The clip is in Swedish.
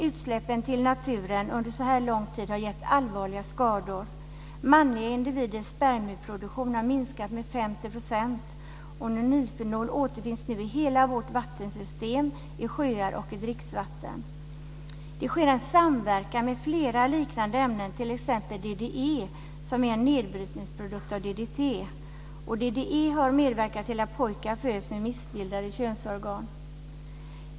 Utsläppen till naturen under så lång tid har gett allvarliga skador. Manliga individers spermieproduktion har minskat med 50 %. Nonylfenol återfinns numera i hela vårt vattensystem, i sjöar och i dricksvatten. Det sker en samverkan med flera liknande ämnen - t.ex. DDE, som är en nedbrytningsprodukt av DDT. DDE har medverkat till att pojkar föds med missbildade könsorgan.